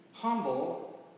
Humble